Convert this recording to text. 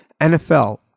NFL